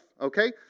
Okay